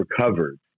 recovered